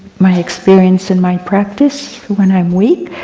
my experience and my practice, when i'm weak,